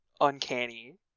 uncanny